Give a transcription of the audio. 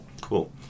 Cool